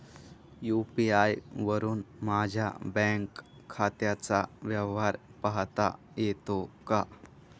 UPI वरुन माझ्या bank खात्याचा व्यवहार पाहता येतो का?